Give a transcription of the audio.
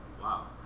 Wow